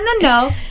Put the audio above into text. no